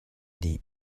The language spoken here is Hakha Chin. dih